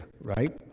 right